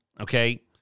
okay